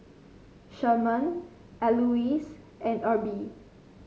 Sherman Elouise and Erby